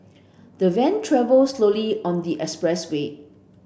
the van travelled slowly on the expressway